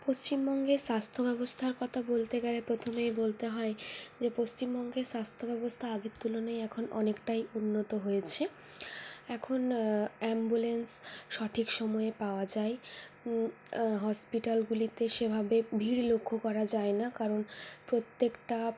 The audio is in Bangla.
পশ্চিমবঙ্গের স্বাস্থ্যব্যবস্থার কথা বলতে গেলে প্রথমেই বলতে হয় যে পশ্চিমবঙ্গের স্বাস্থ্য ব্যবস্থা আগের তুলনায় এখন অনেকটাই উন্নত হয়েছে এখন অ্যাম্বুল্যান্স সঠিক সময়ে পাওয়া যায় হসপিটালগুলিতে সেভাবে ভিড় লক্ষ্য করা যায় না কারণ প্রত্যেকটা